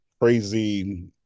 crazy